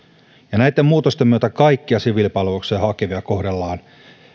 ja näitten muutosten myötä kaikkia siviilipalvelukseen hakevia kohdellaan